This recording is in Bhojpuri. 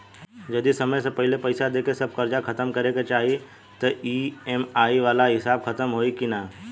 जदी समय से पहिले पईसा देके सब कर्जा खतम करे के चाही त ई.एम.आई वाला हिसाब खतम होइकी ना?